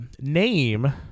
name